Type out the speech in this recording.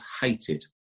hated